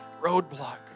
roadblock